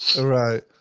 right